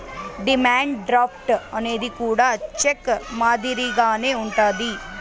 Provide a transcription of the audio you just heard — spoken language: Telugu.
డిమాండ్ డ్రాఫ్ట్ అనేది కూడా చెక్ మాదిరిగానే ఉంటది